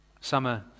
Summer